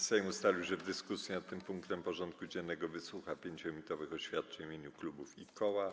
Sejm ustalił, że w dyskusji nad tym punktem porządku dziennego wysłucha 5-minutowych oświadczeń w imieniu klubów i koła.